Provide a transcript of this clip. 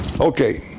Okay